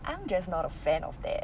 I'm just not a fan of that